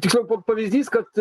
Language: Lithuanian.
tiksliau pavyzdys kad